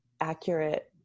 accurate